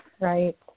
right